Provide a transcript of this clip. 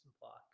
block